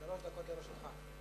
שלוש דקות לרשותך.